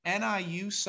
NIU